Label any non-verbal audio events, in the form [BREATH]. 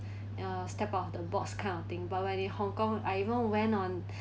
[BREATH] uh step out of the box kind of thing but when in hong kong I even went on